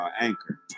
Anchor